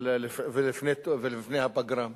ולפני הפגרה.